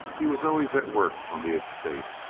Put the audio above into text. he was always at work on the estate.